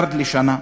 מיליארד לשנה.